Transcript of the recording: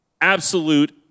absolute